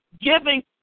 Giving